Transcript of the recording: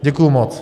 Děkuji moc.